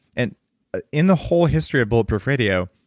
and in the whole history of bulletproof radio,